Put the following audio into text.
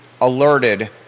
alerted